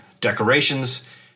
decorations